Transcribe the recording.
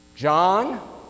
John